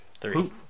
three